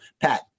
Pat